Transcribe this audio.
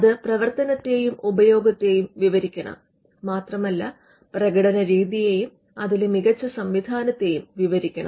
അത് പ്രവർത്തനത്തെയും ഉപയോഗത്തെയും വിവരിക്കണം മാത്രമല്ല പ്രകടന രീതിയെയും അതിലെ മികച്ച സംവിധാനത്തെയും വിവരിക്കണം